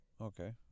Okay